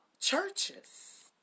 churches